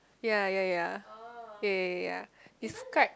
ya ya ya ya ya ya it's quite